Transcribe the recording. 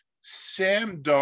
Sam